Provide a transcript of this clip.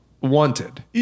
Wanted